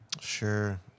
Sure